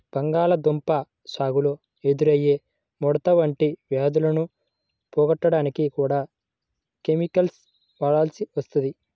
బంగాళాదుంప సాగులో ఎదురయ్యే ముడత వంటి వ్యాధులను పోగొట్టడానికి కూడా కెమికల్స్ వాడాల్సి వస్తుంది